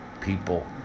people